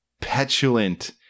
petulant